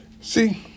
See